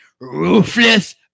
ruthless